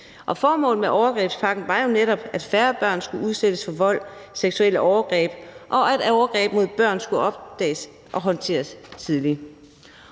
Formålet med overgrebspakken var jo netop, at færre børn skulle udsættes for vold og seksuelle overgreb, og at overgreb mod børn skulle opdages og håndteres tidligt.